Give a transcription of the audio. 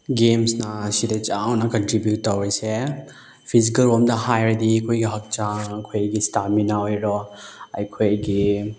ꯒꯦꯝꯁꯅ ꯑꯁꯤꯗ ꯆꯥꯎꯅ ꯀꯟꯇ꯭ꯔꯤꯕ꯭ꯌꯨꯠ ꯇꯧꯔꯤꯁꯦ ꯐꯤꯖꯤꯀꯦꯜꯂꯣꯝꯗ ꯍꯥꯏꯔꯗꯤ ꯑꯩꯈꯣꯏꯒꯤ ꯍꯛꯆꯥꯡ ꯑꯩꯈꯣꯏꯒꯤ ꯏꯁꯇꯥꯃꯤꯅꯥ ꯑꯣꯏꯔꯣ ꯑꯩꯈꯣꯏꯒꯤ